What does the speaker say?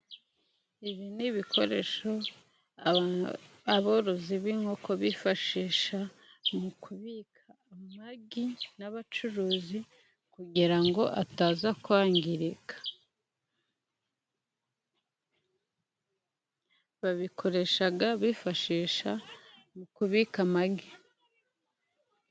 Ibi ni ibikoresho aborozi b'inkoko bifashisha mu kubika amagi n'abacuruzi, kugira ngo ataza kwangirika. Babikoresha bifashisha mu kubika amagi.